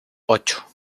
ocho